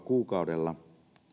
kuukaudella